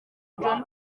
john